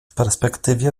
perspektywie